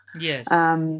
Yes